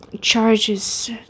charges